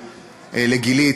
לגילית,